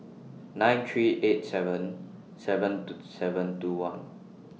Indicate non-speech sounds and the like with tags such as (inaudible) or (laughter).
(noise) nine three eight seven seven two seven two one